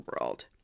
world